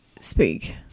speak